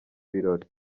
birori